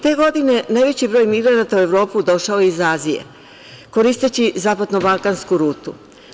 Te godine najveći broj migranata u Evropu došao je iz Azije, koristeći zapadnobalkansku rutu.